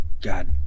god